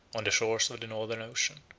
on the shores of the northern ocean.